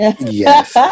Yes